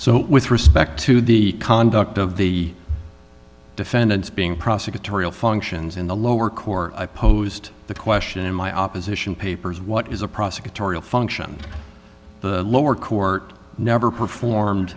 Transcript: so with respect to the conduct of the defendants being prosecutorial functions in the lower court i posed the question in my opposition papers what is a prosecutorial function the lower court never performed